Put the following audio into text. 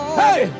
hey